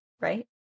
right